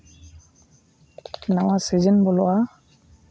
ᱱᱟᱣᱟ ᱥᱤᱡᱤᱱ ᱵᱚᱞᱚᱜᱼᱟ